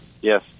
Yes